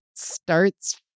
starts